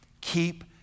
Keep